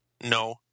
No